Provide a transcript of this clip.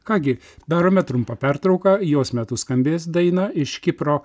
ką gi darome trumpą pertrauką jos metu skambės daina iš kipro